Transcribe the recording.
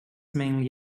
mainly